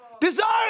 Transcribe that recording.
Desire